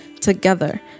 together